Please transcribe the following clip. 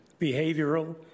behavioral